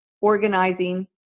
organizing